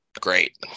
great